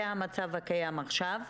זה המצב הקיים עכשיו.